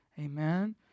Amen